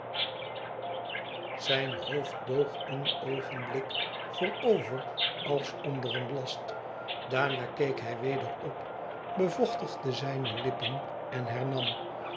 zijn hoofd boog een oogenblik voorover als onder een last daarna keek hij weder op bevochtigde zijne lippen en